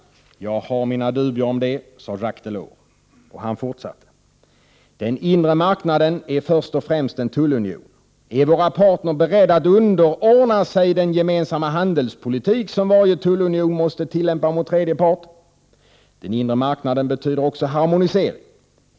Jag har mina dubier om det.” Och Delors fortsatte: ”Den Inre Marknaden är först och främst en tullunion. Är våra partner beredda att underordna sig den gemensamma handelspolitik som varje tullunion måste tillämpa mot tredje part? Den Inre Marknaden betyder också harmonisering.